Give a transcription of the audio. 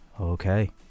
Okay